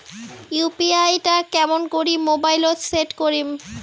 UPI টা কেমন করি মোবাইলত সেট করিম?